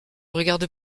regarde